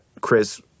Chris